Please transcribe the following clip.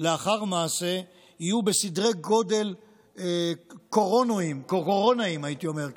לאחר מעשה יהיו בסדרי גודל "קורונאיים" הייתי אומר,